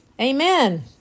amen